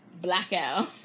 Blackout